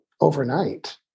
overnight